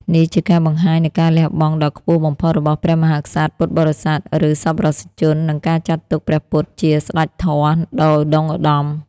នេះជាការបង្ហាញនូវការលះបង់ដ៏ខ្ពស់បំផុត របស់ព្រះមហាក្សត្រ ពុទ្ធបរិស័ទ ឬសប្បុរសជន និងការចាត់ទុកព្រះពុទ្ធជា ស្តេចធម៌ ដ៏ឧត្តុង្គឧត្តម។